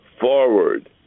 forward